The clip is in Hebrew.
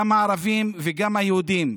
גם הערבים וגם היהודים,